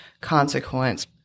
consequence